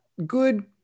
good